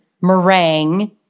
meringue